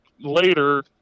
later